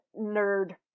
nerd